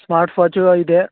smart ವಾಚೂ ಇದೆ